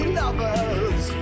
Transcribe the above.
lovers